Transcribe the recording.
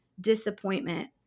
disappointment